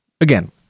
again